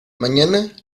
mañana